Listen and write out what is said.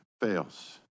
fails